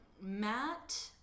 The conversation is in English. Matt